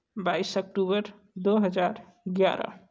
बाइस अक्टूबर दो हज़ार ग्यारह